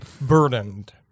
burdened